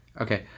Okay